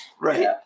right